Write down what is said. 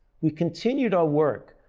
we continued our work,